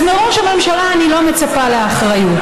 אז מראש הממשלה אני לא מצפה לאחריות,